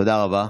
תודה רבה.